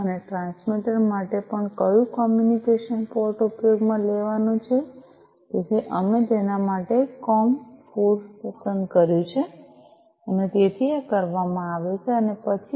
અને ટ્રાન્સમીટર માટે પણ કયું કોમ્યુનિકેશન પોર્ટ ઉપયોગમાં લેવાનું છે તેથી અમે તેના માટે કોમ 4 પસંદ કર્યું છે તેથી આ કરવામાં આવે છે અને તે પછી